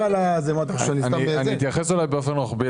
אגב,